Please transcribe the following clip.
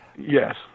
Yes